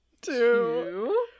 two